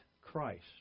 Christ